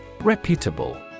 Reputable